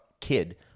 kid